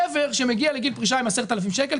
גבר שמגיע לגיל פרישה עם 10,000 שקלים,